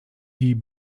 die